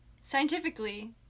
scientifically